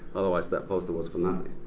otherwise that poster was for nothing.